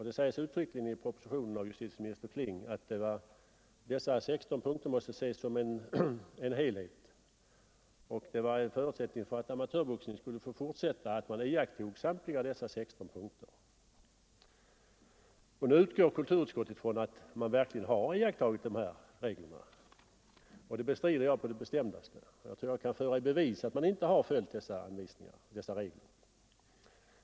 Det sägs uttryckligen i propositionen av justitieminister Kling att dessa 16 punkter måste ses som en helhet och att en förutsättning för att amatörboxningen skall få fortsätta är att samtliga 16 punkter iakttas. Nu utgår kulturutskottet från att så är fallet. Detta bestrider jag på det bestämdaste. Jag tror att jag kan föra i bevis att anvisningar och regler icke har följts.